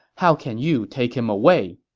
how can you take him away?